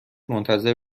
منتظر